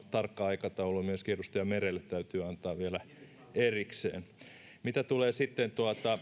tarkka aikataulu myöskin edustaja merelle täytyy antaa vielä erikseen mitä tulee sitten